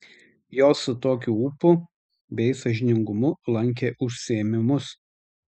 jos su tokiu ūpu bei sąžiningumu lankė užsiėmimus